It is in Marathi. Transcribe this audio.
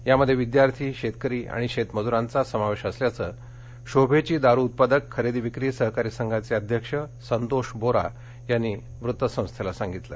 यामध्ये विद्यार्थी शेतकरी आणि शेतमजूरांचा समावेश असल्याचं शोभेची दारु उत्पादक खरेदीविक्री सहकारी संघाचे अध्यक्ष संतोष बोरा यांनी वृत्तसंस्थेला सांगितलं